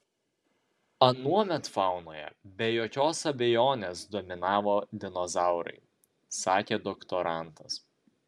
anuomet faunoje be jokios abejonės dominavo dinozaurai sakė doktorantas